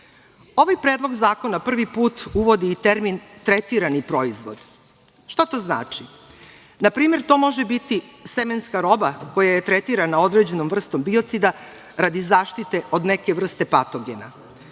predlog zakona prvi put uvodi i termin „tretirani proizvod“. Šta to znači? Na primer, to može biti semenska roba koja je tretirana određenom vrstom biocida radi zaštite od neke vrste patogena.